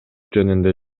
жөнүндө